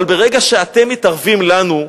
אבל ברגע שאתם מתערבים לנו,